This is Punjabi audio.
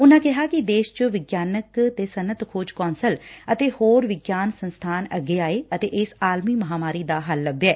ਉਨਾਂ ਕਿਹਾ ਕਿ ਦੇਸ਼ ਚ ਵਿਗਿਆਨਕ ਤੇ ਸੱਨਅਤ ਖੋਜ ਕੌਂਸਲ ਅਤੇ ਹੋਰ ਵਿਗਿਆਨ ਸੰਸਬਾਨ ਅੱਗੇ ਆਏ ਅਤੇ ਇਸ ਆਲਮੀ ਮਹਾਂਮਾਰੀ ਦਾ ਹੱਲ ਲੱਭਿਐ